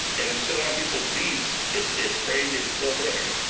and it's still on people's deeds. it's it's crazy, it's still there.